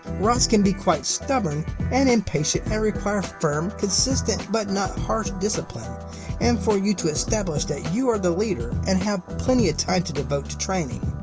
rotts can be quite stubborn and inpatient and require firm, consistent, but not harsh discipline and for you to establish that you are the leader and have plenty of time to devote to training.